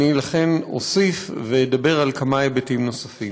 לכן אני אדבר על כמה היבטים נוספים.